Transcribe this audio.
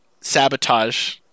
Sabotage